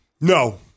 No